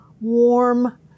warm